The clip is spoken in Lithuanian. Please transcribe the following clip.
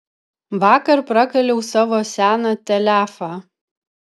vakar prakaliau savo seną telefą